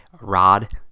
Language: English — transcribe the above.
rod